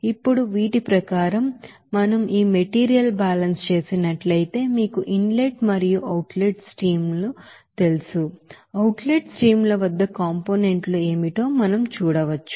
ఇప్పుడు వీటి ప్రకారం మనం ఈ మెటీరియల్ బ్యాలెన్స్ చేసినట్లయితే మీకు ఇన్ లెట్ మరియు అవుట్ లెట్ స్ట్రీమ్ లు తెలుసు అవుట్ లెట్ స్ట్రీమ్ ల వద్ద కాంపోనెంట్ లు ఏమిటో మనం చూడవచ్చు